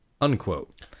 unquote